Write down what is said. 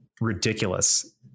ridiculous